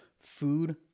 food